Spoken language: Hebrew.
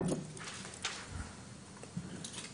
לכן הבנו שכנראה לא נדרש